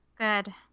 Good